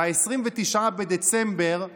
ב-29 בדצמבר תושבע,